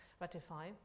ratify